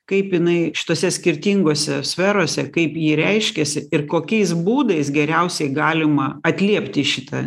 kaip jinai šitose skirtingose sferose kaip ji reiškiasi ir kokiais būdais geriausiai galima atliepti šitą